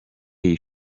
iyi